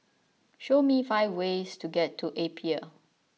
show me five ways to get to Apia